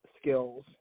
skills